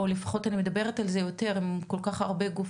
או ככל שאני מדברת על זה יותר עם יותר גופים,